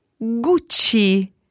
Gucci